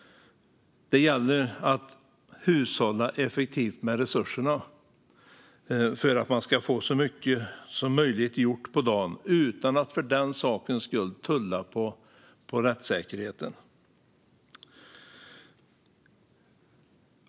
Det gäller att hushålla effektivt med resurserna för att få så mycket som möjligt gjort på dagen utan att för den sakens skull tulla på rättssäkerheten.